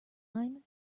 line